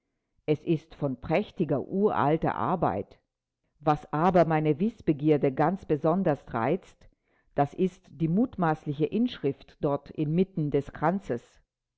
es ist von prächtiger uralter arbeit was aber meine wißbegierde ganz besonders reizt das ist die mutmaßliche inschrift dort inmitten des kranzes